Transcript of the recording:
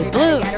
Blue